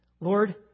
Lord